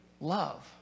love